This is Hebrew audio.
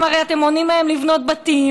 ירושלים, אתם הרי מונעים מהם לבנות בתים.